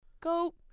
Go